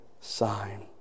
sign